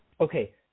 okay